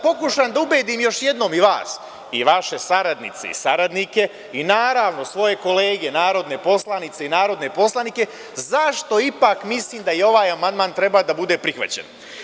Pokušaću da ubedim još jednom vas, vaše saradnice i saradnike i, naravno, svoje kolege narodne poslanice i narodne poslanike zašto ipak mislim da ovaj amandman treba da bude prihvaćen.